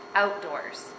outdoors